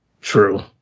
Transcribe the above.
True